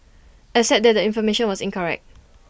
except that the information was incorrect